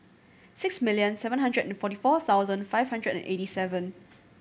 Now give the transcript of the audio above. six million seven hundred and forty four thousand five hundred and eighty seven